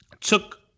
took